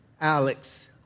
Alex